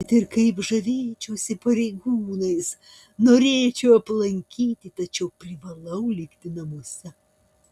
kad ir kaip žavėčiausi pareigūnais norėčiau aplankyti tačiau privalau likti namuose